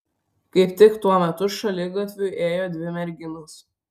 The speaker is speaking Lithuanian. kaip tik tuo metu šaligatviu ėjo dvi merginos